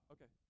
Okay